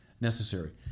necessary